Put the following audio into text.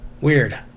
weird